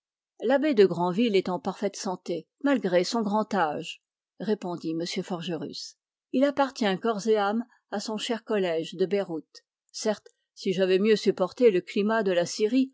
l'abbé de grandville est en parfaite santé malgré son grand âge répondit m forgerus il appartient corps et âme à son cher collège de beyrouth certes si j'avais mieux supporté le climat de la syrie